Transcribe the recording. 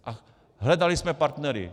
A hledali jsme partnery.